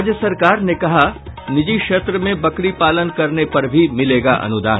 राज्य सरकार ने कहा निजी क्षेत्र में बकरीपालन करने पर भी मिलेगा अनुदान